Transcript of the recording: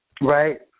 Right